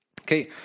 Okay